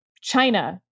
China